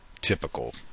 typical